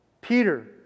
Peter